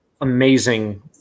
amazing